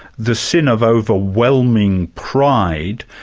the sin of overwhelming pride,